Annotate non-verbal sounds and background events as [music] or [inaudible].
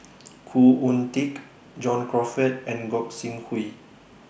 [noise] Khoo Oon Teik John Crawfurd and Gog Sing Hooi